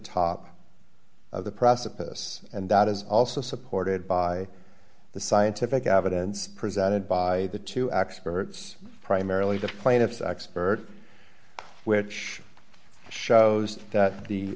top of the precipice and that is also supported by the scientific evidence presented by the two experts primarily the plaintiffs expert which shows that the